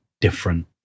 different